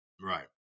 Right